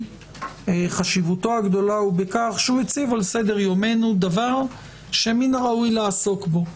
היא בכך שהוא הציב על סדר יומנו דבר שמן הראוי לעסוק בו,